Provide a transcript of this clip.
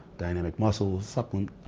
dynamic muscles supplements.